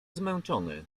zmęczony